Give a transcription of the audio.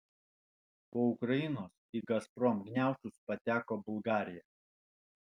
po ukrainos į gazprom gniaužtus pateko bulgarija